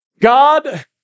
God